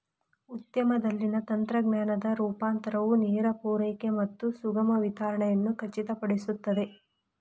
ಉದ್ಯಮದಲ್ಲಿನ ತಂತ್ರಜ್ಞಾನದ ರೂಪಾಂತರವು ನೇರ ಪೂರೈಕೆ ಮತ್ತು ಸುಗಮ ವಿತರಣೆಯನ್ನು ಖಚಿತಪಡಿಸುತ್ತದೆ